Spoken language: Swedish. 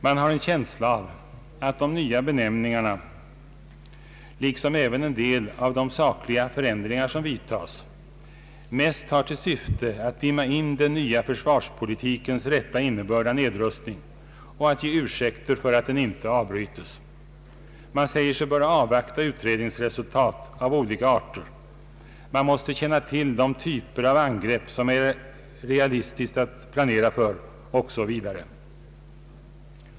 Man har en känsla av att de nya benämningarna — liksom även en del av de sakliga förändringar som vidtages — mest har till syfte att dimma in den nya försvarspolitikens rätta innebörd av nedrustning och att ge ursäkter för att denna nedrustning inte avbrytes. Man säger sig böra avvakta utredningsresultat av olika arter — man måste känna till de typer av angrepp som det är realistiskt att planera för, och så vidare.